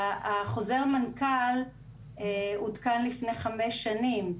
חוזר המנכ"ל עודכן לפני חמש שנים.